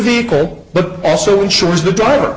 vehicle but also ensures the driver